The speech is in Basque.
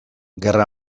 gerra